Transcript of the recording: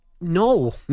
No